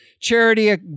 charity